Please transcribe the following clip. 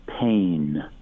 pain